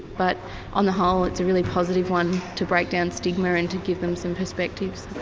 but on the whole it's a really positive one to break down stigma and to give them some perspectives.